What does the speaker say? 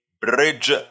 bridge